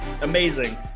Amazing